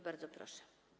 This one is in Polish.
Bardzo proszę.